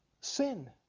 sin